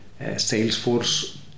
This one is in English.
Salesforce